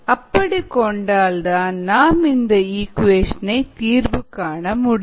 அப்படி கொண்டால்தான் நாம் இந்த இக்குவேஷன் தீர்வு காண முடியும்